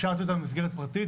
השארתי אותם במסגרת פרטית.